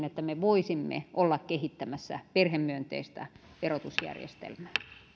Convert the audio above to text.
että me voisimme olla kehittämässä perhemyönteistä verotusjärjestelmää